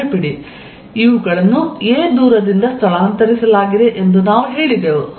ನೆನಪಿಡಿ ಇವುಗಳನ್ನು a ದೂರದಿಂದ ಸ್ಥಳಾಂತರಿಸಲಾಗಿದೆ ಎಂದು ನಾವು ಹೇಳಿದೆವು